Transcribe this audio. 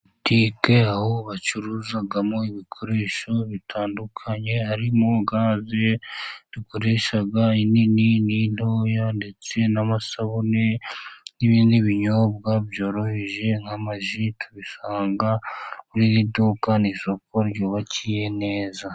Butike aho bacuruzamo ibikoresho bitandukanye harimo: gaze dukoresha inini n'into, ndetse n'amasabune n'ibindi binyobwa byoroheje nk'amaji tubisanga muri iri duka, n'isoko ryubakiye neza.